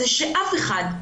שאף אחד,